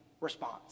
response